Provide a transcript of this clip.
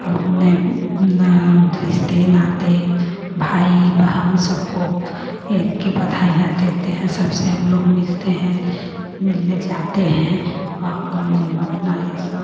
और अपने रिश्ते नाते भाई बहन सबको इनकी बधाइयाँ देते हैं सबसे हम लोग मिलते हैं मिलने जाते हैं और अपना यह सब